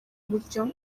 buryo